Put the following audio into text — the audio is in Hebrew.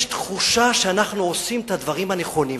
יש תחושה שאנחנו עושים את הדברים הנכונים,